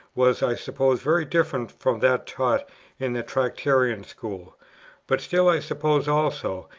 was, i suppose, very different from that taught in the tractarian school but still, i suppose also,